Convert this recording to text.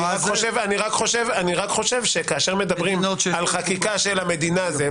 אני רק חושב שכאשר מדברים על חקיקה של המדינה זה,